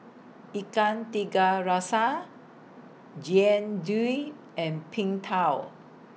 Ikan Tiga Rasa Jian Dui and Png Tao